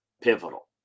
pivotal